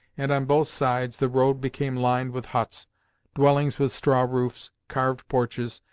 and on both sides the road became lined with huts dwellings with straw roofs, carved porches,